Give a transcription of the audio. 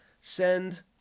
send